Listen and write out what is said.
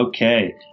Okay